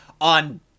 on